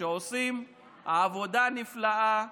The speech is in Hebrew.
שעושה עבודה נפלאה.